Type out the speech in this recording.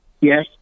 Yes